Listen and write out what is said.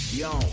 yo